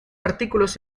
artículos